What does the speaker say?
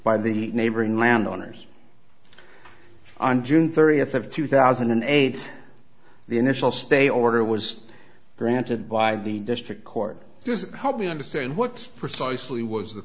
by the neighboring land owners on june thirtieth of two thousand and eight the initial stay order was granted by the district court just help me understand what precisely was the